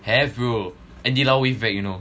have bro andy lau wave back you know